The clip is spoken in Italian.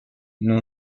non